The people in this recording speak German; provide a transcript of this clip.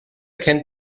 kennt